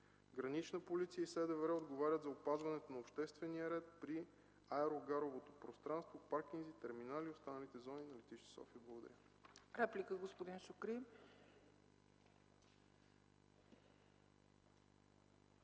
Гранична полиция и СДВР отговарят за опазването на обществения ред при аерогаровото пространство, паркинги, терминали и останалите зони на летище София. Благодаря.